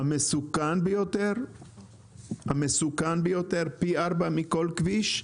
המסוכן ביותר, פי ארבע מכל כביש,